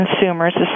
consumers